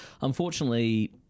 Unfortunately